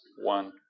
one